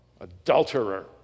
adulterer